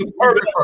Perfect